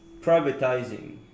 Privatizing